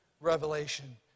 Revelation